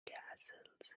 castles